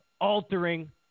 altering